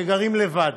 שגרים לבד,